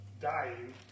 dying